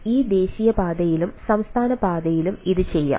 ഈ ദേശീയപാതയിലും സംസ്ഥാനപാതയിലും ഇത് ചെയ്യും